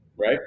Right